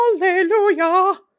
Hallelujah